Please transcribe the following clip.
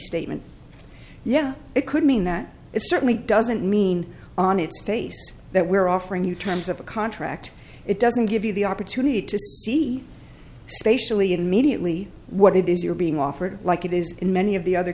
statement yeah it could mean that it certainly doesn't mean on its face that we're offering you terms of a contract it doesn't give you the opportunity to see spatially immediately what it is you're being offered like it is in many of the other